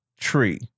tree